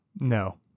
No